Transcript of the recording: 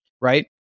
right